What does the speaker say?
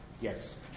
Yes